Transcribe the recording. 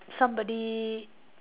somebody